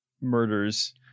murders